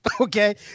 Okay